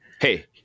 Hey